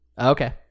Okay